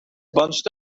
bunched